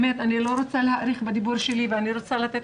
אני באמת לא רוצה להאריך בדבריי ואני רוצה לתת